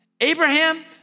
Abraham